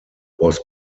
was